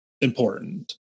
important